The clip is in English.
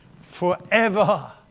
forever